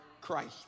Christ